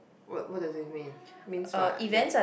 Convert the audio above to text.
what what does it mean mean what that